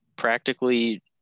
Practically